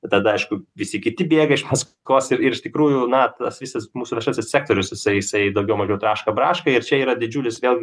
tada aišku visi kiti bėga iš paskos ir ir iš tikrųjų na tas visas mūsų viešasis sektorius jisai jisai daugiau mažiau traška braška ir čia yra didžiulis vėl